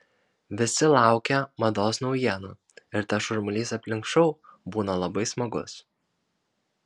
visi laukia mados naujienų ir tas šurmulys aplink šou būna labai smagus